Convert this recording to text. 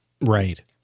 Right